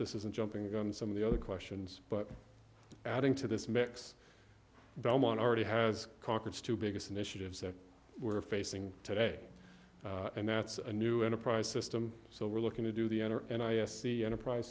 this isn't jumping on some of the other questions but adding to this mix belmont already has conquered to biggest initiatives that we're facing today and that's a new enterprise system so we're looking to do the honor and i see enterprise